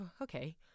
Okay